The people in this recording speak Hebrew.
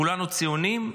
כולנו ציונים.